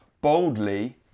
boldly